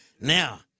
Now